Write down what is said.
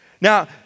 Now